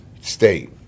State